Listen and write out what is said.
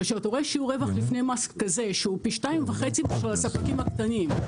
כאשר אתה רואה שיעור רווח לפני מס כזה שהוא פי 2.5 מאשר לספקים הקטנים,